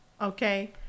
Okay